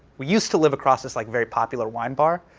we used to live across this like very popular wine bar.